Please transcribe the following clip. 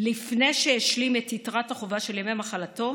לפני שהשלים את יתרת החובה של ימי מחלתו,